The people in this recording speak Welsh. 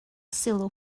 sylw